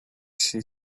she